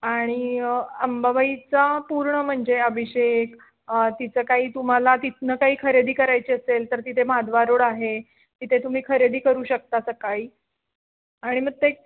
आणि अंबाबाईचा पूर्ण म्हणजे अभिषेक तिथं काही तुम्हाला तिथून काही खरेदी करायची असेल तर तिथे महाद्वार रोड आहे तिथे तुम्ही खरेदी करू शकता सकाळी आणि मग ते